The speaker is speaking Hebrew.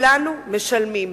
כולנו משלמים,